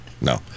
No